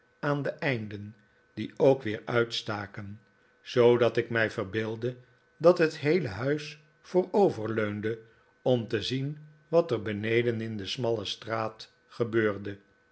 aan de einden die ook weer uitstaken zoodat ik mij verbeeldde dat het heele huis vooroverleunde om te zien wat er beneden in de smalle straat gebeurde